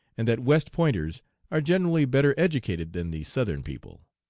and that west pointers are generally better educated than the southern people.